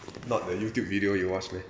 not the youtube video you watch meh